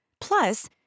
Plus